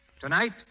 Tonight